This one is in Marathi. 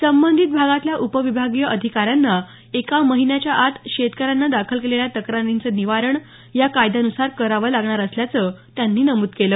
संबंधित भागातल्या उप विभागीय अधिकाऱ्यांना एका महिन्याचा आत शेतकऱ्यानं दाखल केलेल्या तक्रारीचं निवारण या कायद्यान्सार करावं लागणार असल्याचं त्यांनी नमुद केलं